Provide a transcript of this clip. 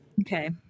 okay